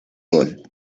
gol